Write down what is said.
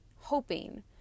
hoping